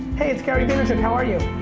hey it's gary vaynerchuk, how are you?